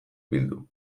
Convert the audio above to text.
bildu